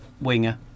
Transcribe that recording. Winger